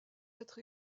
être